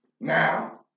Now